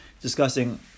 discussing